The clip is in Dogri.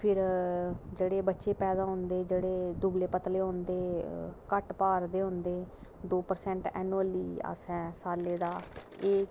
फिर जेह्ड़े बच्चे पैदा होंदे जेह्ड़े दुबले पतले होंदे घट्ट भार दे होंदे दौ परसैंट एनुअली असें सालै दा एह्